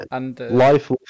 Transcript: life